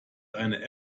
eine